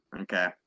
Okay